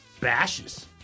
bashes